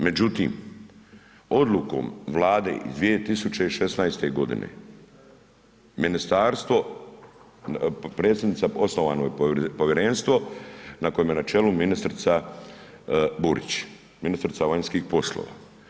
Međutim, odlukom Vlade iz 2016. godine Ministarstvo, predsjednica, osnovano je Povjerenstvo kojemu je na čelu ministrica Burić, ministrica vanjskih poslova.